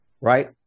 right